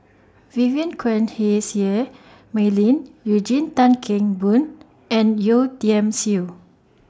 Vivien Quahe Seah Mei Lin Eugene Tan Kheng Boon and Yeo Tiam Siew